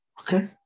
okay